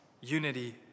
unity